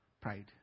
Pride